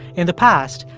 in the past,